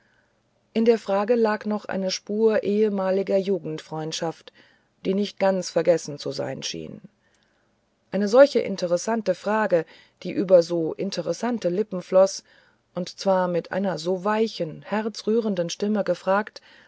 in der frage lag noch spur ehemaliger jugendfreundschaft die nicht ganz vergessen zu sein schien eine solche interessante frage die über so interessante lippen floß und zwar mit einer so weichen herzrührenden stimme gefragt